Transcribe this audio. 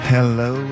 Hello